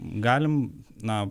galim na